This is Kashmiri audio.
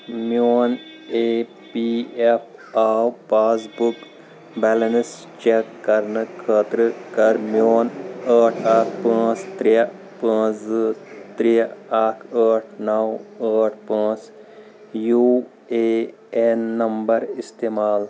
میون EPFO passbook balance check کرنہٕ خٲطرٕ کر میون ٲٹھ اکھ پانٛژھ ترٛےٚ پانٛژھ زٟ ترٛےٚ اکھ ٲٹھ نَو ٲٹھ پانٛژھ یوٗ اے این نمبر استعمال